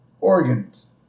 organs